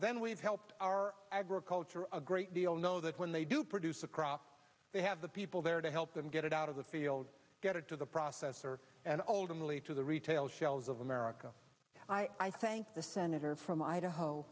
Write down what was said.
then we've helped our agriculture a great deal know that when they do produce a crop they have the people there to help them get it out of the field get it to the processor and ultimately to the retail shelves of america i thank the senator from idaho